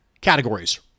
Categories